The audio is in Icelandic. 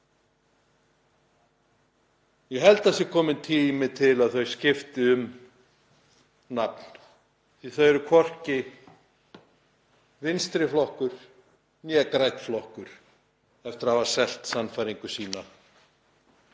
Ég held að það sé kominn tími til að þau skipti um nafn, því að þau eru hvorki vinstri flokkur né grænn flokkur eftir að hafa selt sannfæringu sína